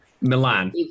Milan